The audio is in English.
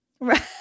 Right